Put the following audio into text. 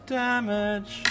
damage